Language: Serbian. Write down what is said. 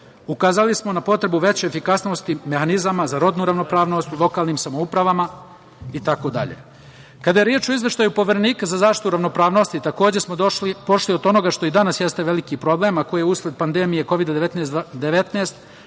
Ukazali smo na potrebu veće efikasnosti mehanizama za rodnu ravnopravnost u lokalnim samoupravama itd. Kada je reč o izveštaju Poverenika za zaštitu ravnopravnosti takođe smo pošli od onoga što i danas jeste veliki problem, a koji je usled pandemije Kovida 19